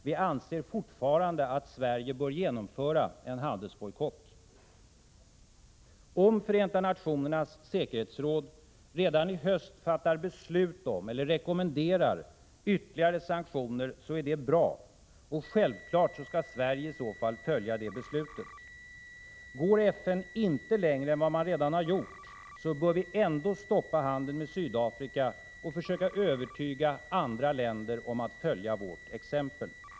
Vi anser fortfarande att Sverige bör genomföra en handelsbojkott. Om FN:s säkerhetsråd redan i höst fattar beslut om eller rekommenderar ytterligare sanktioner är det bra, och självklart skall Sverige i så fall följa det beslutet. Går FN inte längre än man redan gjort bör vi ändå stoppa handeln med Sydafrika och försöka övertyga andra länder att följa vårt exempel.